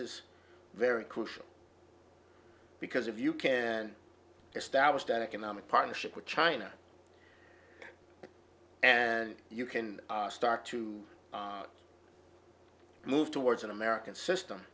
is very crucial because if you can establish an economic partnership with china and you can start to move towards an american system